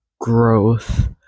growth